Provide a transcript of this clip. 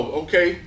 okay